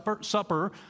Supper